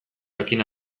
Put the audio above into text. jakin